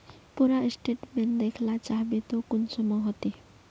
पूरा स्टेटमेंट देखला चाहबे तो कुंसम होते?